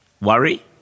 Worry